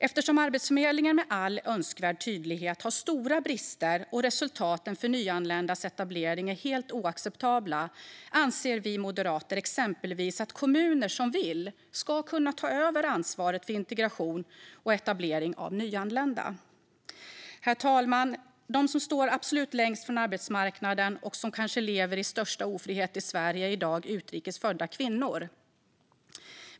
Eftersom Arbetsförmedlingen med all önskvärd tydlighet visar på stora brister och resultaten för nyanländas etablering är helt oacceptabla anser vi moderater exempelvis att kommuner som vill ska kunna ta över ansvaret för integration och etablering av nyanlända. Herr talman! De som står absolut längst från arbetsmarknaden, och som kanske lever i största ofrihet i Sverige i dag, är utrikes födda kvinnor.